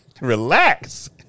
Relax